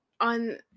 On